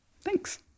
Thanks